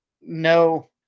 no